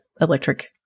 electric